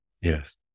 yes